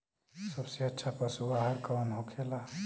सबसे अच्छा पशु आहार कौन होखेला?